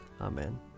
Amen